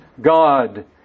God